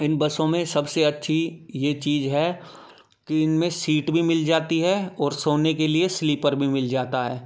इन बसों में सबसे अच्छी यह चीज़ है कि इनमें सीट भी मिल जाती है और सोने के लिए स्लीपर भी मिल जाता है